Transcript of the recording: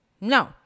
No